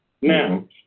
Now